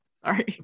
Sorry